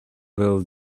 will